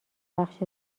بخش